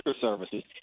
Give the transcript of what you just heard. services